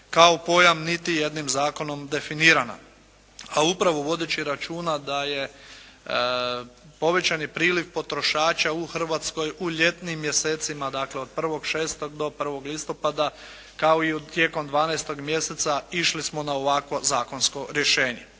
kao pojam niti jednim zakonom definirana. A upravo vodeći računa da je povećani priliv potrošača u Hrvatskoj u ljetnim mjesecima dakle, od 1. 6 do 1. listopada, kao i tijekom 12. mjeseca išli smo na ovakvo zakonsko rješenje.